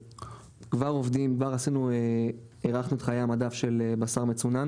כבר עובדים כבר הארכנו את חיי המדף של בשר מצונן